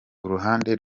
uruhande